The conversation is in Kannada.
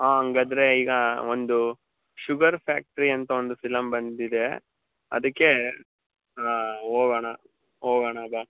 ಹಾಂ ಹಾಗಾದ್ರೆ ಈಗ ಒಂದು ಶುಗರ್ ಫ್ಯಾಕ್ಟ್ರಿ ಅಂತ ಒಂದು ಫಿಲಮ್ ಬಂದಿದೆ ಅದಕ್ಕೆ ಹೋಗಣ ಹೋಗಣ ಬಾ